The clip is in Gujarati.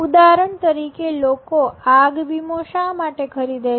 ઉદાહરણ તરીકે લોકો આગ વીમો શા માટે ખરીદે છે